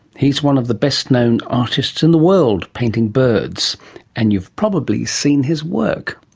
he's one of the best known artists in the world, painting birds and you've probably seen his work.